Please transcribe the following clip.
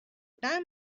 time